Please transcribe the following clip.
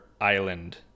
island